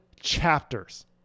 chapters